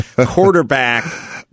quarterback